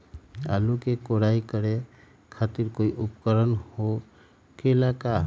आलू के कोराई करे खातिर कोई उपकरण हो खेला का?